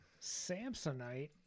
Samsonite